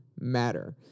matter